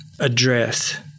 address